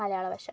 മലയാള ഭാഷ